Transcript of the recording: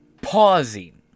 pausing